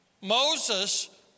Moses